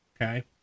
okay